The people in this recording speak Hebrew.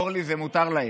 אורלי, זה מותר להם.